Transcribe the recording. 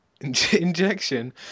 injection